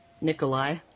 Nikolai